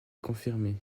confirmée